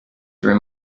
three